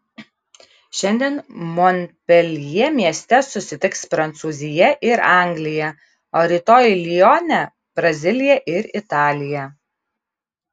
šiandien monpeljė mieste susitiks prancūzija ir anglija o rytoj lione brazilija ir italija